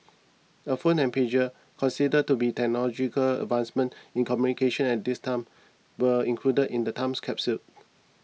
a phone and pager considered to be technological advancements in communication at this time were included in the times capsule